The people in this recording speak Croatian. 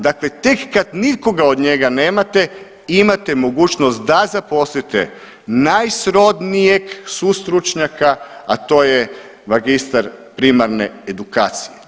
Dakle, tek kad nikoga od njega nemate imate mogućnost da zaposlite najsrodnijeg sustručnjaka, a to je magistar primarne edukacije.